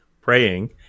praying